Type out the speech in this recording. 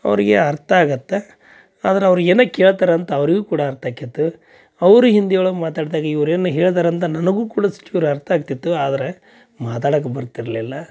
ಅವರಿಗೆ ಅರ್ಥ ಆಗತ್ತೆ ಆದ್ರ ಅವರು ಏನೋ ಕೇಳ್ತಾರೆ ಅಂತ ಅವರಿಗೂ ಕೂಡ ಅರ್ಥ ಆಕೈತು ಅವರು ಹಿಂದಿಯೊಳಗೆ ಮಾತಾಡ್ದಾಗ ಇವ್ರು ಏನೋ ಹೇಳ್ದಾರೆ ಅಂದು ನನಗೂ ಕೂಡ ಚೂರು ಅರ್ಥ ಆಗ್ತಿತ್ತು ಆದರೆ ಮಾತಾಡಕ್ಕೆ ಬರ್ತಿರಲಿಲ್ಲ